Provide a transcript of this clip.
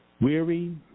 weary